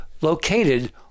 located